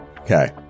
Okay